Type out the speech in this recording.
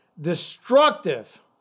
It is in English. destructive